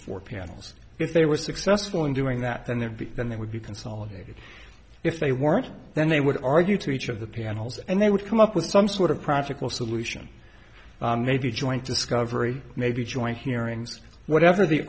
four pianos if they were successful in doing that then there'd be then they would be consolidated if they weren't then they would argue to each of the panels and they would come up with some sort of practical solution maybe joint discovery maybe joint hearings whatever the